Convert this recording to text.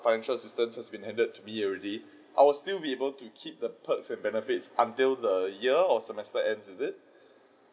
financial assistance has been handed to me already I'll still be able to keep the perks and benefits until the year or semester ends is it